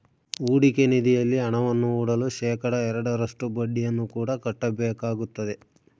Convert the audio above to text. ಹೂಡಿಕೆ ನಿಧಿಯಲ್ಲಿ ಹಣವನ್ನು ಹೂಡಲು ಶೇಖಡಾ ಎರಡರಷ್ಟು ಬಡ್ಡಿಯನ್ನು ಕೂಡ ಕಟ್ಟಬೇಕಾಗುತ್ತದೆ